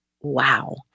wow